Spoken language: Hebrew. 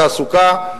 תעסוקה.